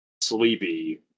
sleepy